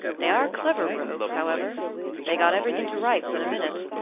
they are clever rogues, however they got everything to rights in a minute.